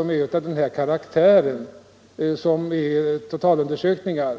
undersökningar av den här karaktären, dvs. totalundersökningar.